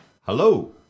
Hello